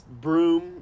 broom